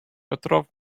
petrov